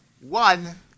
One